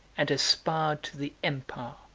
and aspired to the empire,